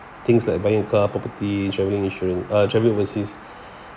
things like buying a car property travelling insurance uh travelling overseas